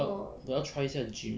我要我要 try 一下 gym